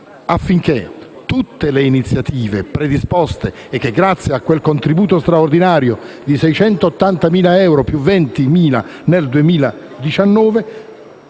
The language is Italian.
affinché tutte le iniziative predisposte, anche grazie al contributo straordinario di 680.000 euro più 20.000 nel 2019,